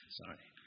Sorry